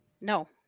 no